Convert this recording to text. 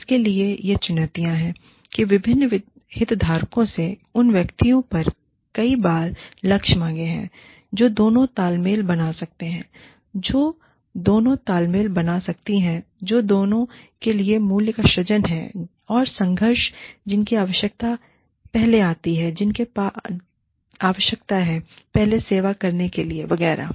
इसके लिए यह चुनौतियाँ हैं किविभिन्न हितधारकों से उन व्यक्तियों पर कई बार लक्ष्य मांगें हैं जो दोनों तालमेल बना सकते हैं जो दोनों तालमेल बना सकती हैं जो दोनों के लिए मूल्य का सृजन है और संघर्ष जिनकी आवश्यकता पहले आती है जिनकी आपको आवश्यकता है पहले सेवा करने के लिए वगैरह